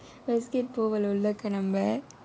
westgate போகனும்லே:poganumlae